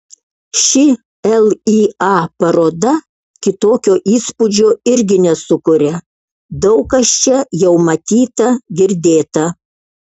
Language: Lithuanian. ši lya paroda kitokio įspūdžio irgi nesukuria daug kas čia jau matyta girdėta